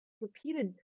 repeated